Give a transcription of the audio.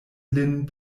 lin